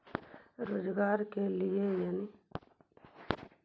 रोजगार के लिए ऋण?